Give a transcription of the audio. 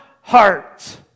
heart